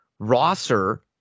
Rosser